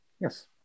Yes